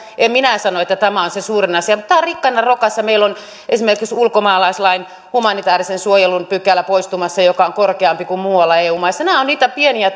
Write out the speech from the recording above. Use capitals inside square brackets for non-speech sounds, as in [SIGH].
en minä sano että tämä on se suurin asia mutta tämä on rikkana rokassa meillä on esimerkiksi ulkomaalaislain humanitäärisen suojelun pykälä poistumassa joka on korkeampi kuin muualla eu maissa nämä ovat niitä pieniä [UNINTELLIGIBLE]